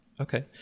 Okay